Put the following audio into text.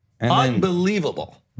Unbelievable